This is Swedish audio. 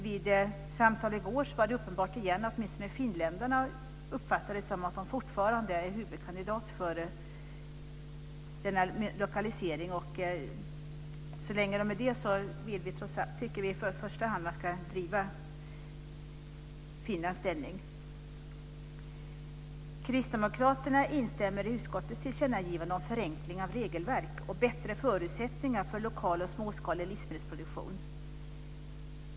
Vid ett samtal i går var det uppenbart att åtminstone finländarna uppfattar det så att de fortfarande är huvudkandidat för en lokalisering. Och så länge så är fallet, tycker vi att man i första hand ska driva en lokalisering till Finland. Kristdemokraterna instämmer i utskottets tillkännagivande om en förenkling av regelverk och bättre förutsättningar för lokal och småskalig livsmedelsproduktion.